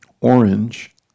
orange